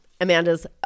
Amanda's